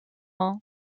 ans